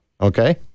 Okay